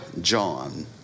John